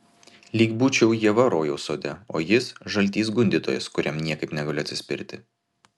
lyg būčiau ieva rojaus sode o jis žaltys gundytojas kuriam niekaip negaliu atsispirti